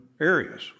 areas